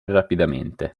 rapidamente